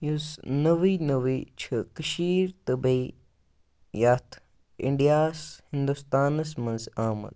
یُس نٔوٕے نٔوٕے چھِ کٔشیٖر تہٕ بیٚیہِ یَتھ اِنڈیاہَس ہندُستانَس منٛز آمٕژ